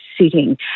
sitting